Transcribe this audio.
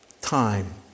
time